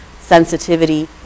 sensitivity